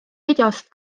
videost